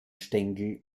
stängel